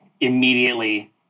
immediately